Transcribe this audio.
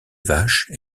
vaches